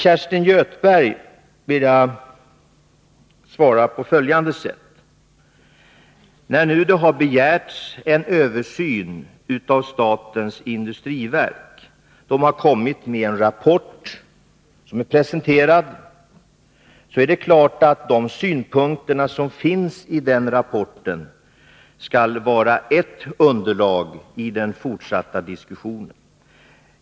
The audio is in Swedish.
Kerstin Göthberg vill jag svara på följande sätt: När det nu har begärts en översyn från statens industriverk och man därifrån har presenterat en rapport, skall de synpunkter som anförs i denna självfallet vara ett av underlagen för den fortsatta debatten.